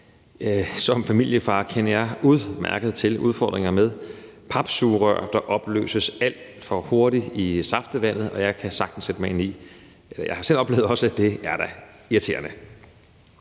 som familiefar kender jeg udmærket til udfordringer med papsugerør, der opløses alt for hurtigt i saftevand, og jeg har også selv oplevet, at det da er irriterende.